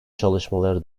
çalışmaları